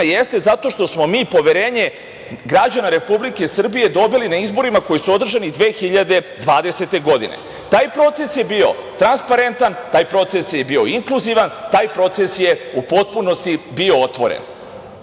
jeste zato što smo mi poverenje građana Republike Srbije dobili na izborima koji su održani 2020. godine. Taj proces je bio transparentan, taj proces je bio inkluzivan, taj proces je u potpunosti bio otvoren.Zašto